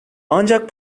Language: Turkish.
ancak